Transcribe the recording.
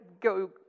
go